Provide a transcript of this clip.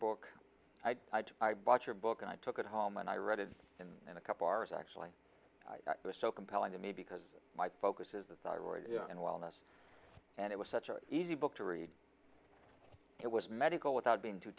book i bought your book and i took it home and i read it and then a couple hours actually i was so compelling to me because my focus is the thyroid and wellness and it was such an easy book to read it was medical without being too